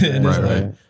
right